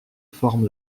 forme